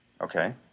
Okay